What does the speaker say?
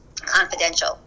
confidential